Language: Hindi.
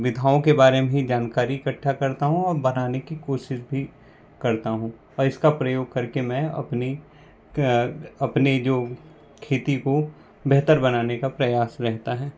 विधाओं के बारे में ही जानकारी इकट्ठा करता हूँ और बनाने की कोशिश भी करता हूँ और इसका प्रयोग करके मैं अपनी अपने जो खेती को बेहतर बनाने का प्रयास रहता हैं